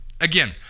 Again